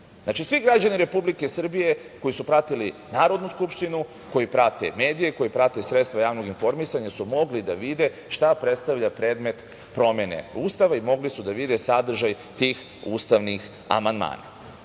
Znači, svi građani Republike Srbije koji su pratili Narodnu skupštinu, koji prate medije, koji prate sredstva javnog informisanja su mogli da vide šta predstavlja predmet promene Ustava i mogli su da vide sadržaj tih ustavnihAli,